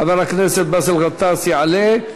חבר הכנסת באסל גטאס יעלה,